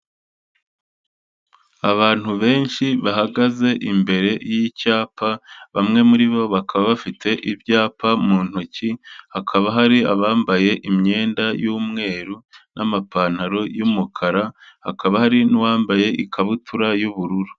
Abantu benshi bahagaze imbere y'icyapa, bamwe muri bo bakaba bafite ibyapa mu ntoki, hakaba hari abambaye imyenda y'umweru n'amapantaro y'umukara, hakaba hari n'uwambaye ikabutura y'ubururu.